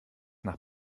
nach